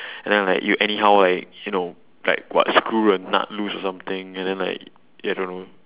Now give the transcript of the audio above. and then like you anyhow like you know like what screw the nut loose or something and then like I don't know